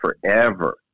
forever